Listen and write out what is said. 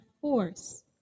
force